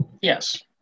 Yes